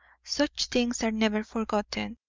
such things are never forgotten,